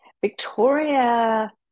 Victoria